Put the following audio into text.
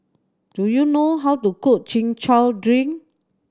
do you know how to cook Chin Chow drink